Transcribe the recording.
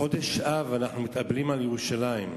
חודש אב, אנחנו מתאבלים על ירושלים.